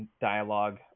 dialogue